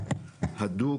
הדוק,